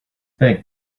thank